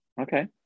okay